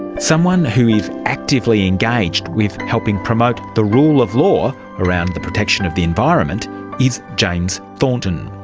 someone who is actively engaged with helping promote the rule of law around the protection of the environment is james thornton.